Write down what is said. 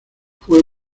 fue